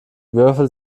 würfel